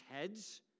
heads